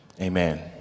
Amen